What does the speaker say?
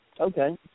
Okay